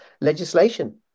legislation